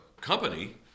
company